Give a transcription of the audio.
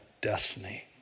destiny